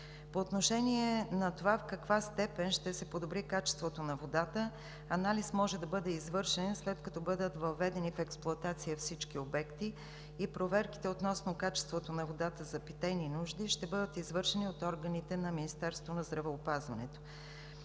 По отношение на това в каква степен ще се подобри качеството на водата, анализ може да бъде извършен, след като бъдат въведени в експлоатация всички обекти. Проверките относно качеството на водата за питейни нужди ще бъдат извършени от органите на Министерството на здравеопазването.